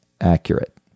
accurate